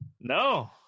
no